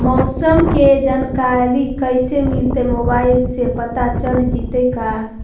मौसम के जानकारी कैसे मिलतै मोबाईल से पता चल जितै का?